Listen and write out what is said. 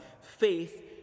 Faith